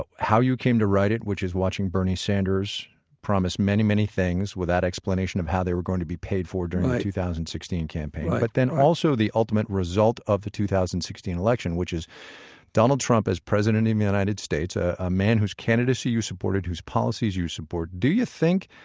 but how you came to write it, which is watching bernie sanders promise many, many things without explanation of how they were going to be paid for during the two thousand and sixteen campaign. but then also the ultimate result of the two thousand and sixteen election, which is donald trump as president of the united states, a ah man whose candidacy you supported, whose policies you support. do you think